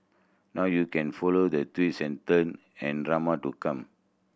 now you can follow the twists and turn and drama to come